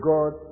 God